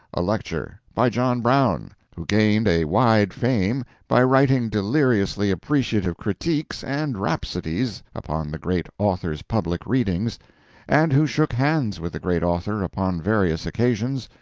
a lecture. by john brown, who gained a wide fame by writing deliriously appreciative critiques and rhapsodies upon the great author's public readings and who shook hands with the great author upon various occasions,